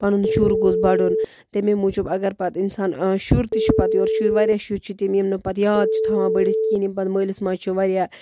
پَنُن شُر گوژھ بَڑُن تَمے موٗجوٗب اَگر پَتہٕ اِنسان شُر تہِ چھِ پَتہٕ یورٕ چھُ یہِ واریاہ شُرۍ چھِ تِم یِم نہٕ پَتہٕ یاد چھِ تھاوان بٔڑِتھ کِہیٖنۍ یِم پَتہٕ مٲلِس ماجہِ چھِ واریاہ